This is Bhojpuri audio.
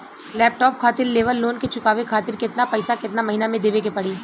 लैपटाप खातिर लेवल लोन के चुकावे खातिर केतना पैसा केतना महिना मे देवे के पड़ी?